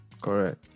Correct